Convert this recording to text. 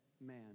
man